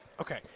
Okay